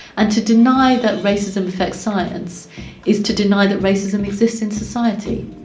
and to deny that racism affects science is to deny that racism exists in society